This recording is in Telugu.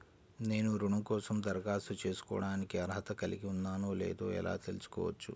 నేను రుణం కోసం దరఖాస్తు చేసుకోవడానికి అర్హత కలిగి ఉన్నానో లేదో ఎలా తెలుసుకోవచ్చు?